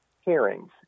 hearings